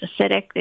acidic